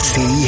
See